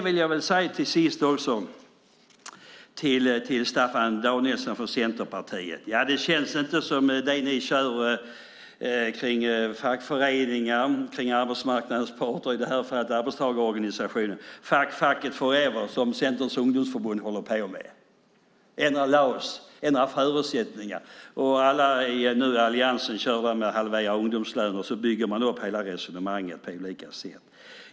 Till sist vill jag vända mig till Staffan Danielsson från Centerpartiet. Ni kör nu detta med fackföreningar och arbetsmarknadens parter, i det här fallet arbetstagarorganisationen, och "fuck facket forever" som Centerns ungdomsförbund håller på med. Man ska ändra LAS och ändra förutsättningar. Alla i Alliansen kör nu med halva ungdomslöner. Man bygger upp hela resonemanget på olika sätt.